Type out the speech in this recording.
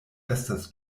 estas